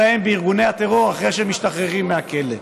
היכולות שלהם בארגוני הטרור אחרי שהם משתחררים מהכלא.